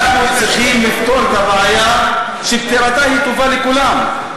אנחנו צריכים לפתור את הבעיה, ופתירתה טובה לכולם.